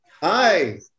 Hi